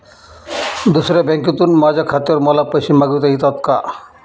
दुसऱ्या बँकेतून माझ्या खात्यावर मला पैसे मागविता येतात का?